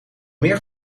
meer